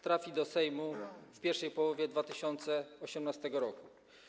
Trafi do Sejmu w pierwszej połowie 2018 r.